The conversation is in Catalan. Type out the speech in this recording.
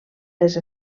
les